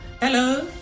Hello